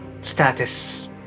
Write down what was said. status